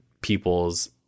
people's